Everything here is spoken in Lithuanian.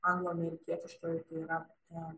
anglo amerikietiškoji tai yra tokia